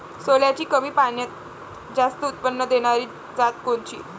सोल्याची कमी पान्यात जास्त उत्पन्न देनारी जात कोनची?